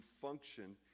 function